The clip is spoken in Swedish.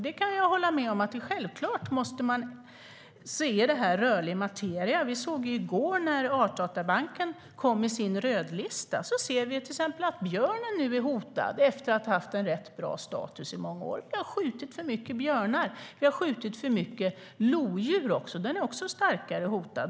Jag kan hålla med om att detta självklart är rörlig materia. Vi såg till exempel i går, när Artdatabanken kom med sin rödlista, att björnen nu är hotad, efter att ha haft rätt bra status i många år. Det har skjutits för många björnar. Det har också skjutits för många lodjur, som nu är starkare hotade.